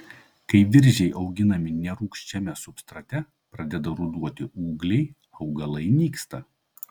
kai viržiai auginami nerūgščiame substrate pradeda ruduoti ūgliai augalai nyksta